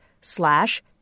slash